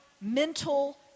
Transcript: mental